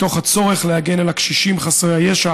מתוך הצורך להגן על הקשישים חסרי הישע